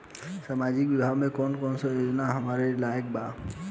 सामाजिक विभाग मे कौन कौन योजना हमरा ला बा?